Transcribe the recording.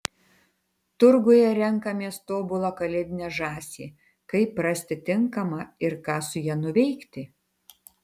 turguje renkamės tobulą kalėdinę žąsį kaip rasti tinkamą ir ką su ja nuveikti